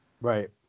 Right